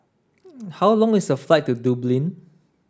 how long is a flight to Dublin